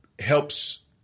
helps